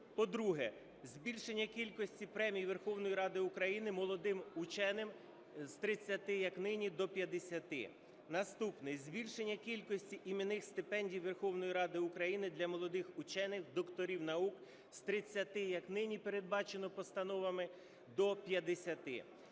По-друге, збільшення кількості премій Верховної Ради України молодим вченим з 30, як нині, до 50. Наступне. Збільшення кількості іменних стипендій Верховної Ради України для молодих учених, докторів наук з 30-ти, як нині передбачено постановами, до